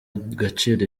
gaciro